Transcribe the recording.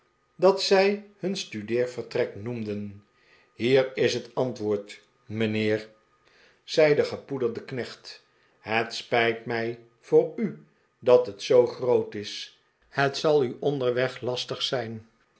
dat zij hun studeervertrek noemden hier is het antwoord mijnheer zei de een avondfeest in bath gepoederde knecht het spijt mij voor u dat het zoo groot is hot zal u onderweg lastig zijn